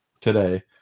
today